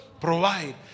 provide